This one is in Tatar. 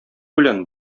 белән